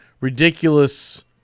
ridiculous